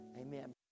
Amen